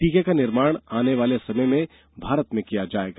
टीके का निर्माण आने वाले समय में भारत में किया जाएगा